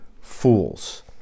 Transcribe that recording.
fools